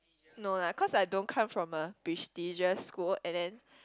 no lah cause I don't come from a prestigious school and then